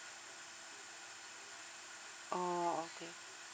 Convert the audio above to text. oh